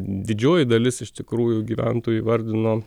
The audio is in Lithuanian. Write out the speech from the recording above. didžioji dalis iš tikrųjų gyventojų įvardino